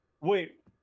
Wait